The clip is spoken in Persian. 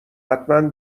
حتما